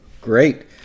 great